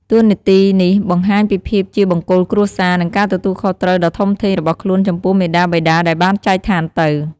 តួនាទីនេះបង្ហាញពីភាពជាបង្គោលគ្រួសារ និងការទទួលខុសត្រូវដ៏ធំធេងរបស់ខ្លួនចំពោះមាតាបិតាដែលបានចែកឋានទៅ។